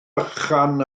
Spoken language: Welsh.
bychan